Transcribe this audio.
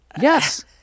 yes